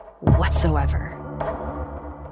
whatsoever